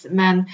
men